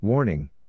Warning